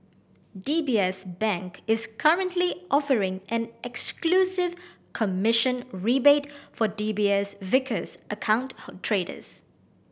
D B S Bank is currently offering an exclusive commission rebate for D B S Vickers account traders